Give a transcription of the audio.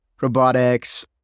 robotics